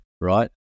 right